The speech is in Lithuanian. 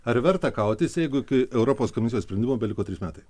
ar verta kautis jeigu iki europos komisijos sprendimo beliko trys metai